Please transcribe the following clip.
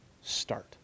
start